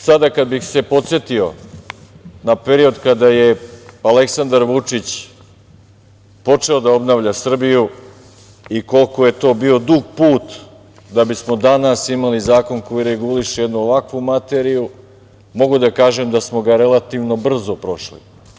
Sada, kada bih se podsetio na period kada je Aleksandar Vučić počeo da obnavlja Srbiju i koliko je to bio dug put da bismo danas imali zakon koji reguliše jednu ovakvu materiju, mogu da kažem da smo ga relativno brzo prošli.